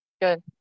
Good